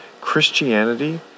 Christianity